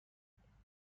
کامپیوتری